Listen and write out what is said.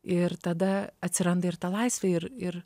ir tada atsiranda ir ta laisvė ir ir